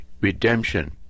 redemption